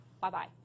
Bye-bye